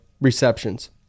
receptions